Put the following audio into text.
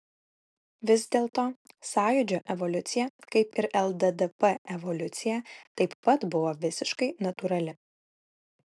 vis dėlto sąjūdžio evoliucija kaip ir lddp evoliucija taip pat buvo visiškai natūrali